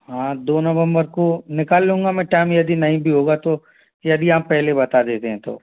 हाँ दो नवंबर को निकाल लूंगा मैं टाइम यदि नहीं भी होगा तो यदि आप पहले बता देते हैं तो